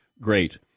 Great